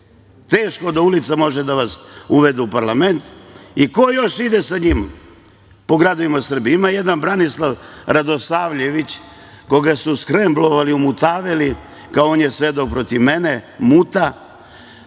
Teško da ulica može da vas uvede u parlament. Ko još ide sa njim po gradovima Srbije? Ima jedan Branislav Radosavljević koga su omutaveli, kao on je svedok protiv mene, muta,